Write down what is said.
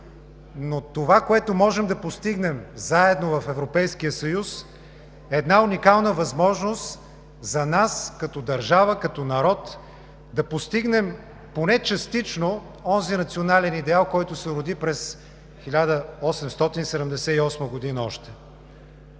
но това, което можем да постигнем заедно в Европейския съюз, е една уникална възможност за нас като държава, като народ, да постигнем поне частично онзи национален идеал, който се роди още през 1878 г.